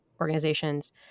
organizations